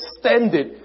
extended